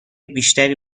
بیشتری